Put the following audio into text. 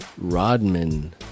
Rodman